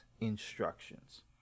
instructions